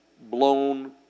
blown